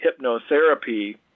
hypnotherapy